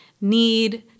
need